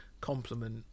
compliment